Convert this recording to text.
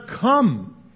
Come